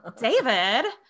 David